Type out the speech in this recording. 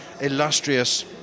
illustrious